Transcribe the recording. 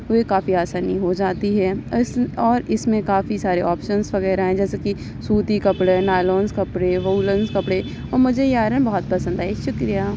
ہوئی کافی آسانی ہو جاتی ہے اور اِس اور اِس میں کافی سارے آفشنس وغیرہ ہیں جیسے کہ سوتی کپڑے نائلونس کپڑے وولنس کپڑے اور مجھے یہ آئرن بہت پسند آئی شُکریہ